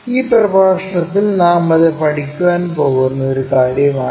ഈ പ്രഭാഷണത്തിൽ നാം അത് പഠിക്കാൻ പോകുന്ന ഒരു കാര്യമാണ്